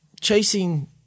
chasing